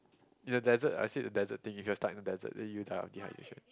in a desert I said the desert thing if you are stuck in the desert then you die of dehydration